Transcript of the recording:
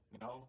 No